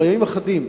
כבר ימים אחדים,